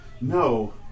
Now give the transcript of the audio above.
no